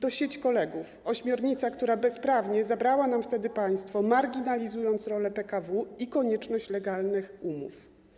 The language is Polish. To sieć kolegów, ośmiornica, która bezprawnie zabrała nam wtedy państwo, marginalizując rolę PKW i konieczność legalnych umów.